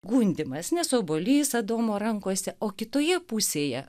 gundymas nes obuolys adomo rankose o kitoje pusėje